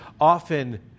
often